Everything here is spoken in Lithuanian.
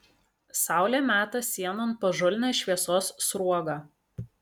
saulė meta sienon pažulnią šviesos sruogą